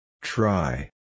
Try